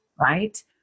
right